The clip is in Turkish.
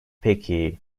peki